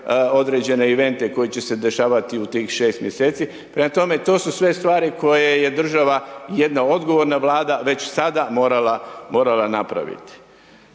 određene evente koji će se dešavati u tih 6 mjeseci. Prema tome, to su sve stvari koje je država i jedna odgovorna Vlada već sada morala napraviti.